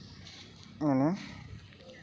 ᱚᱱᱟ